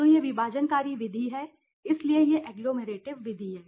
तो यह विभाजनकारी विधि है इसलिए यह एग्लोमेरेटिव विधि है